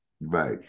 Right